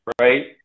right